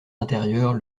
intérieurs